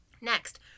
Next